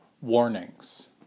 warnings